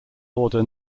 order